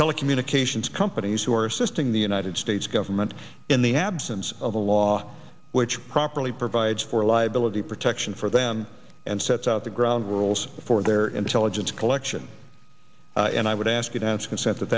telecommunications companies who are assisting the united states government in the absence of a law which properly provides for liability protection for them and sets out the ground rules for their intelligence collection and i would ask you to answer consent that